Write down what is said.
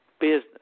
business